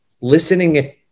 listening